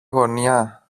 γωνιά